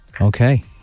Okay